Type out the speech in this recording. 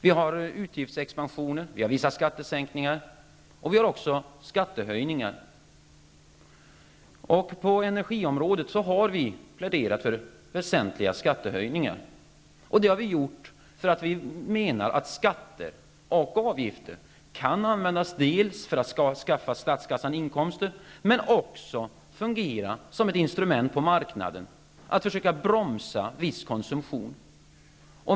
Vi talar om utgiftsexpansionen och om vissa skattesänkningar. Men vi talar också om skattehöjningar. På energiområdet pläderar vi för väsentliga skattehöjningar. Vi menar nämligen att intäkter via skatter och avgifter kan användas dels för att skaffa inkomster till statskassan, dels som ett instrument på marknaden när det gäller att försöka bromsa viss konsumtion.